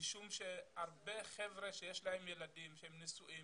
משום שהרבה חבר'ה שיש להם ילדי והם נשואים,